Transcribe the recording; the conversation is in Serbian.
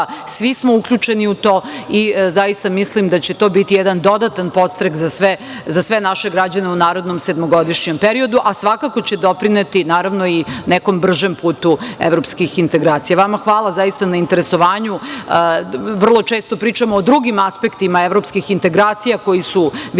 svi smo uključeni u to i zaista mislim da će to biti jedan dodatan podstrek za sve naše građane u narednom sedmogodišnjem periodu, a svakako će doprineti, naravno, i nekom bržem putu evropskih integracija. Vama hvala zaista na interesovanju. Vrlo često pričamo o drugim aspektima evropskih integracija koji su visokopolitički,